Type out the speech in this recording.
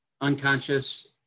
unconscious